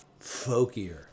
folkier